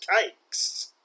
cakes